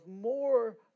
more